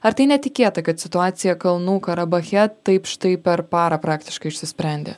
ar tai netikėta kad situacija kalnų karabache taip štai per parą praktiškai išsisprendė